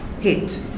hit